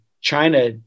China